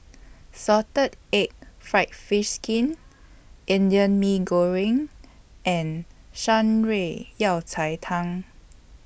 Salted Egg Fried Fish Skin Indian Mee Goreng and Shan Rui Yao Cai Tang